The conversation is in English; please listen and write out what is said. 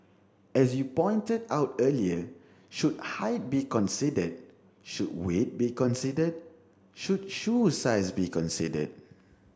as you pointed out earlier should height be considered should weight be considered should shoe size be considered